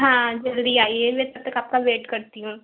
हाँ जल्दी आइए मैं तब तक आपका वेट करती हूँ